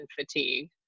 fatigue